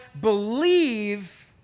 believe